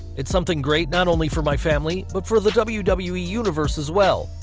it's something great not only for my family but for the wwe wwe universe as well,